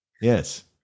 Yes